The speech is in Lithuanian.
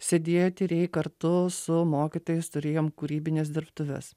sėdėjo tyrėjai kartu su mokytojais turėjom kūrybines dirbtuves